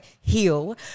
heal